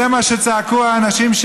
זה מה שצעקו האנשים,